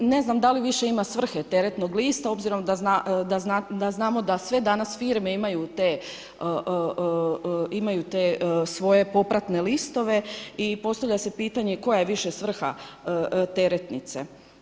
Ne znam da li više ima svrhe teretnog lista obzirom da znamo da sve danas firme imaju te svoje popratne listove i postavlja se pitanje koja je više svrha teretnice.